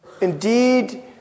indeed